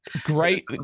Great